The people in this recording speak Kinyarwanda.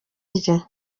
rye